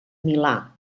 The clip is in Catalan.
milà